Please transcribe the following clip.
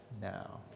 now